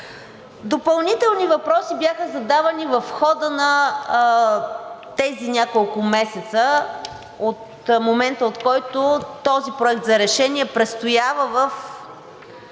Допълнителни въпроси бяха задавани в хода на тези няколко месеца от момента, от който този проект за решение престоява в